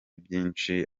byinshi